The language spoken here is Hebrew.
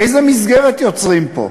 איזו מסגרת יוצרים פה?